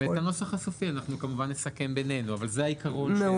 את הנוסח הסופי אנחנו כמובן נסכם בינינו אבל זה העיקרון.